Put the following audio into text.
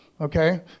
Okay